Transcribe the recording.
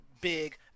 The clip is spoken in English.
big